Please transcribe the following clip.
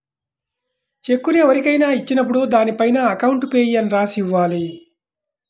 చెక్కును ఎవరికైనా ఇచ్చినప్పుడు దానిపైన అకౌంట్ పేయీ అని రాసి ఇవ్వాలి